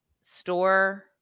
Store